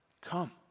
come